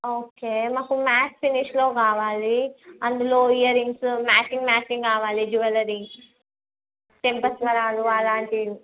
okay మాకు matte ఫినిష్లో కావాలి అందులో ఇయర్రింగ్స్ మ్యాచింగ్ మ్యాచింగ్ కావాలి జ్యువెలరీ చెంప స్వరాలు అలాంటివి